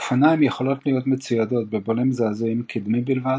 אופניים יכולות להיות מצוידות בבולם זעזועים קדמי בלבד,